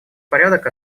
порядок